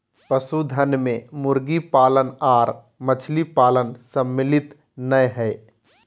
पशुधन मे मुर्गी पालन आर मछली पालन सम्मिलित नै हई